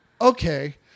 okay